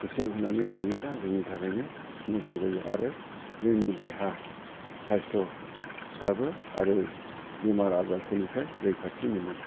गोसो होनानै गेलेयोब्ला जोंनि थाखायनो मोजां जायो आरो जोंनि देहा सायसथ'फ्राबो बेमार आरो आजारफोर निफ्राय रैखाथि मोनो